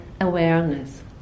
awareness